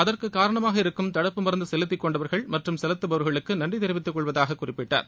அதற்குக் காரணமாக இருக்கும் தடுப்பு மருந்து செலுத்திக் கொண்டவர்கள் மற்றும் செலுத்துபவர்களுக்கு நன்றி தெரிவித்துக் கொள்வதாகக் குறிப்பிட்டார்